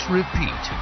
repeat